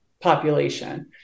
population